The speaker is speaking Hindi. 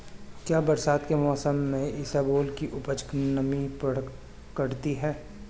क्या बरसात के मौसम में इसबगोल की उपज नमी पकड़ती है?